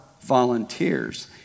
volunteers